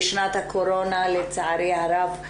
בשנת הקורונה לצערי הרב,